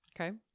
okay